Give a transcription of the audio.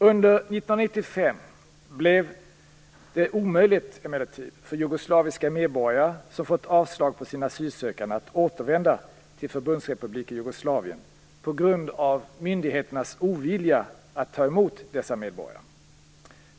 Under 1995 blev det emellertid omöjligt för jugoslaviska medborgare som fått avslag på sin asylansökan att återvända till Förbundsrepubliken Jugoslavien på grund av myndigheternas ovilja att ta emot dessa medborgare.